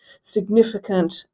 significant